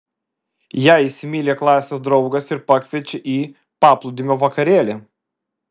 ją įsimyli klasės draugas ir pakviečia į paplūdimio vakarėlį